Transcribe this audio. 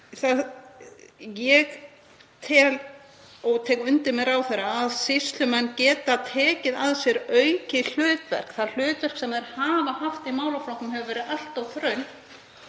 Ég tek undir með ráðherra að sýslumenn geta tekið að sér aukið hlutverk. Það hlutverk sem þeir hafa haft í málaflokknum hefur verið allt of þröngt